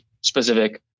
specific